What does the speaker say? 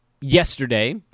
yesterday